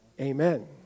amen